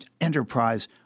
enterprise